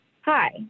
Hi